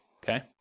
okay